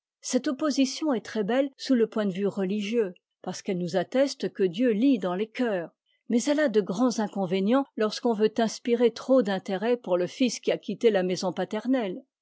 cette opposition est très-belle sous le point de vue religieux parce qu'elle nous atteste que dieu lit dans les coeurs mais elle a de grands inconvénients lorsqu'on veut inspirer trop d'intérêt pour le fils qui a quitté la maison paternelle